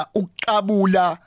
ukabula